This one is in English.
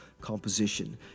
Composition